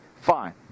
Fine